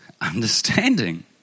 understanding